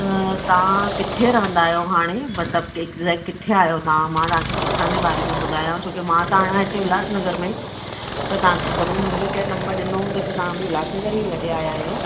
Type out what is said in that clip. त तव्हां किथे रहंदा आहियो हाणे मतिलबु एग्जेक्ट किथे आयो तव्हां मां तव्हांखे किथां जे बारे में ॿुधायां छो की मां त आहियां उल्हासनगर में त तव्हांखे ज़रूर मुंहिंजो केरु नंबर ॾिनो हूंदो त तव्हां बि उल्हासनगर ई लॾे आया आहियो